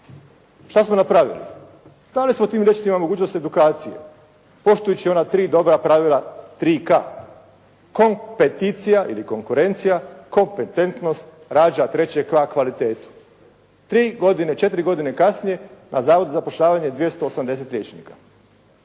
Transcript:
Što smo napravili? Dali smo tim liječnicima mogućnost edukacije, poštujući ona 3 dobra pravila, 3K, Kompeticija ili konkurencija, kompetentnost rađa treće K, kvalitetu. 3 godine, 4 godine kasnije na zavodu za zapošljavanje 280 liječnika.